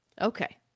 okay